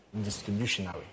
distributionary